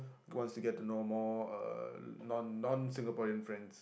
who wants to get to know more uh non non Singaporean friends